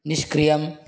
निष्क्रियम्